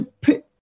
put